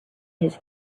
his